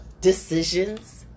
decisions